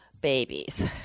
babies